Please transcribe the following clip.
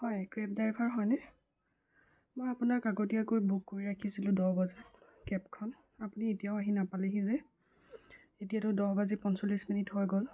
হয় cab driver হয়নে মই আপোনাক আগতীয়াকৈ বুক কৰি ৰাখিছিলোঁ দহ বজাত কেবখন আপুনি এতিয়াও আহি নাপালেহি যে এতিয়াতো দহ বাজি পঞ্চল্লিছ মিনিট হৈ গ'ল